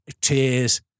Tears